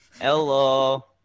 Hello